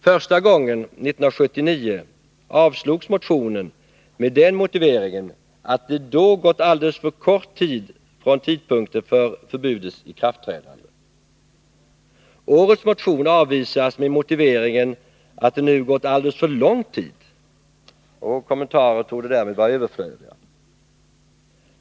Första gången, 1979, avslogs motionen med den motiveringen att det då gått alldeles för kort tid från tidpunkten för förbudets ikraftträdande. Årets motion avvisas med motiveringen att det nu gått alldeles för lång tid. Kommentarer torde därvid vara överflödiga.